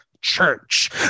Church